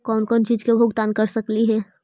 कौन कौन चिज के भुगतान कर सकली हे?